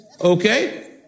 Okay